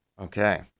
Okay